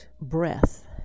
breath